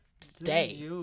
stay